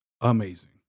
amazing